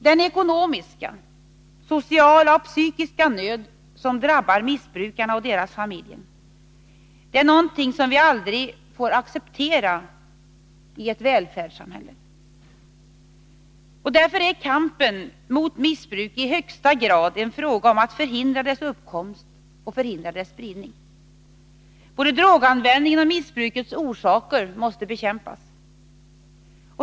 Den ekonomiska, sociala och psykiska nöd som drabbar missbrukarna och deras familjer är något vi aldrig får acceptera i ett välfärdssamhälle. Därför är kampen mot missbruket i högsta grad en fråga om att förhindra dess uppkomst och spridning. Både droganvändningen och missbrukets orsaker måste bekämpas.